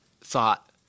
thought